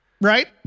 Right